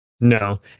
No